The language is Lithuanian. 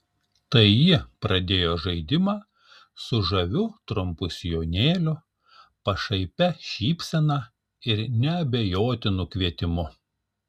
tai ji pradėjo žaidimą su žaviu trumpu sijonėliu pašaipia šypsena ir neabejotinu kvietimu